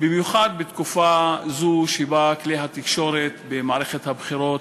במיוחד בתקופה זו שבה כלי התקשורת במערכת הבחירות